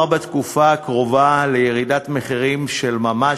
בתקופה הקרובה לירידת מחירים של ממש,